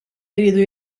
iridu